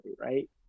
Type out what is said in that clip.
right